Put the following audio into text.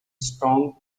strong